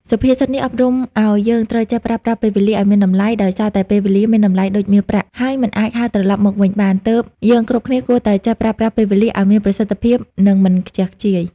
សុភាសិតនេះអប់រំអោយយើង ត្រូវចេះប្រើប្រាស់ពេលវេលាឲ្យមានតម្លៃ ដោយសារតែពេលវេលាមានតម្លៃដូចមាសប្រាក់ ហើយមិនអាចហៅត្រឡប់មកវិញបាន ទើបយើងគ្រប់គ្នាគួរតែចេះប្រើប្រាស់ពេលវេលាឲ្យមានប្រសិទ្ធភាព និងមិនខ្ជះខ្ជាយ។